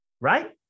right